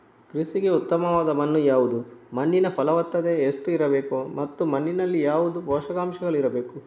ಕೃಷಿಗೆ ಉತ್ತಮವಾದ ಮಣ್ಣು ಯಾವುದು, ಮಣ್ಣಿನ ಫಲವತ್ತತೆ ಎಷ್ಟು ಇರಬೇಕು ಮತ್ತು ಮಣ್ಣಿನಲ್ಲಿ ಯಾವುದು ಪೋಷಕಾಂಶಗಳು ಇರಬೇಕು?